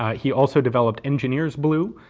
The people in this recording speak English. ah he also developed engineer's blue.